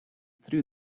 through